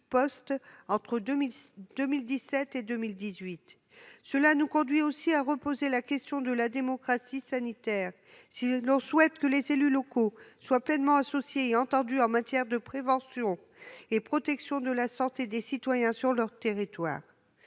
postes entre 2017 et 2018. Tout cela nous amène à reposer la question de la démocratie sanitaire. Si l'on souhaite que les élus locaux soient pleinement associés et entendus en matière de prévention et de protection de la santé des citoyens sur leur territoire,